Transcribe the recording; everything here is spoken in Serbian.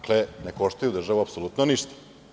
Dakle, ne koštaju državu apsolutno ništa.